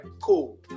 cool